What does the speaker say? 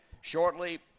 shortly